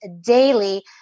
daily